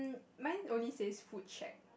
mine only says food check